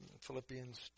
Philippians